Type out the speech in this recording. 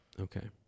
Okay